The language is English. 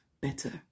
better